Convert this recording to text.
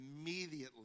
immediately